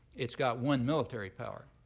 it's got one military power.